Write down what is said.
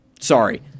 Sorry